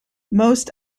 most